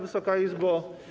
Wysoka Izbo!